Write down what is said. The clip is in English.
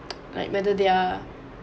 like whether they are